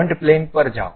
front plane પર જાઓ